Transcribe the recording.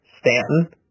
Stanton